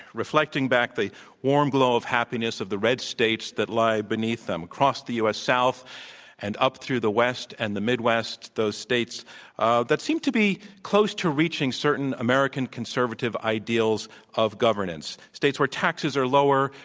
reflecting back the warm glow of happiness of the red states that lie beneath them across the u. s. south and up through the west and the midwest. those states ah that seem to be close to reaching certain american conservative ideals of governance, states where taxes are lower,